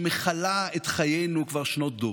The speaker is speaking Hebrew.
שמכלה את חיינו כבר שנות דור.